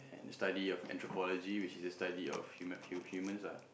study of anthropology which is the study of human humans ah